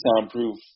soundproof